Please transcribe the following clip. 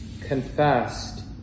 confessed